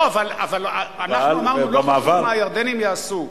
לא, אבל אנחנו אמרנו: לא חשוב מה הירדנים יעשו.